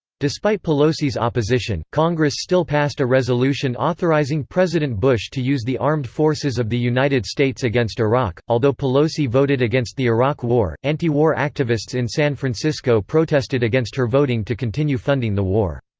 despite pelosi's opposition, congress still passed a resolution authorizing president bush to use the armed forces of the united states against iraq although pelosi voted against the iraq war, anti-war activists in san francisco protested against her voting to continue funding the war.